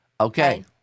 Okay